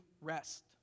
rest